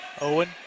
Owen